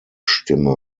stimme